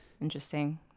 interesting